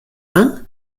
hein